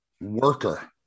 worker